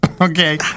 Okay